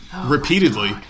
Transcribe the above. repeatedly